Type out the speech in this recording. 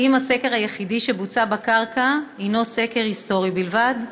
3. האם הסקר היחיד שבוצע בקרקע הוא סקר היסטורי בלבד?